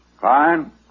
Fine